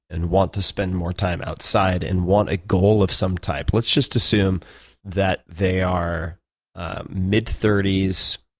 and want to spend more time outside and want a goal of some type, let's just assume that they are mid thirty s,